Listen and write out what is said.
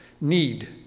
need